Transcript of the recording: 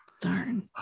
Darn